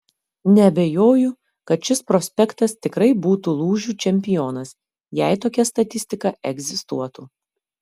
neabejoju kad šis prospektas tikrai būtų lūžių čempionas jei tokia statistika egzistuotų